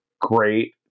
great